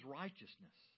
righteousness